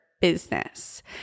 business